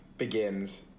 Begins